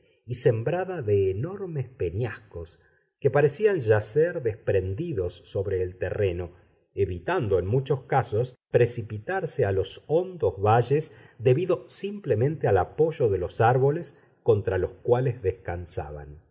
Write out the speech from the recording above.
y sembrada de enormes peñascos que parecían yacer desprendidos sobre el terreno evitando en muchos casos precipitarse a los hondos valles debido simplemente al apoyo de los árboles contra los cuales descansaban